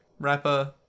rapper